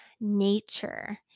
nature